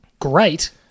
great